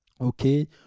Okay